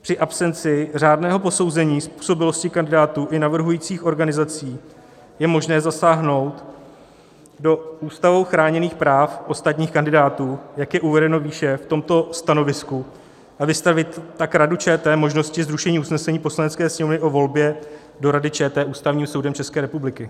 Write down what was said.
Při absenci řádného posouzení způsobilosti kandidátů i navrhujících organizací je možné zasáhnout do ústavou chráněných práv ostatních kandidátů, jak je uvedeno výše v tomto stanovisku, a vystavit tak Radu ČT možnosti zrušení usnesení Poslanecké sněmovny o volbě do Rady ČT Ústavním soudem České republiky.